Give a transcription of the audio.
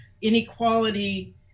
inequality